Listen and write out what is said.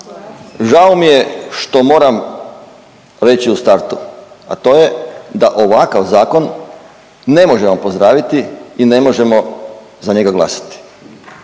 žao mi je što moram reći u startu, a to je da ovakav zakon ne možemo pozdraviti i ne možemo za njega glasati.